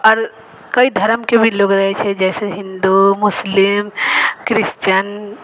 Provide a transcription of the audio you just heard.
आओर कइ धरमके भी लोक रहै छै जइसे हिन्दू मुसलिम क्रिश्चिअन